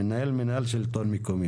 מנהל מינהל שלטון מקומי,